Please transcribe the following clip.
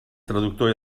traductor